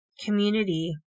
community